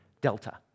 Delta